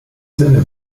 sinne